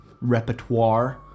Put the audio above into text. repertoire